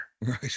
Right